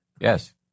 yes